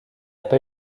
pas